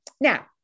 Now